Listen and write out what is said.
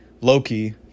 Loki